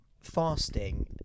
fasting